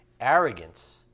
Arrogance